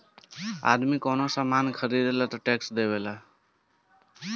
आदमी कवनो सामान ख़रीदेला तऽ टैक्स देवेला